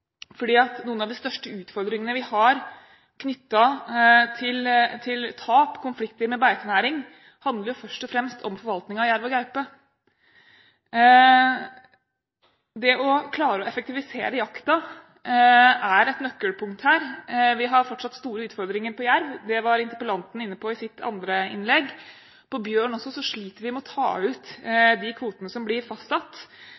noen av de største utfordringene vi har knyttet til tap, til konflikter med beitenæring, handler jo først og fremst om forvaltning av jerv og gaupe. Det å klare å effektivisere jakta er et nøkkelpunkt her. Vi har fortsatt store utfordringer på jerv. Det var interpellanten inne på i sitt andre innlegg. Også på bjørn sliter vi med å ta ut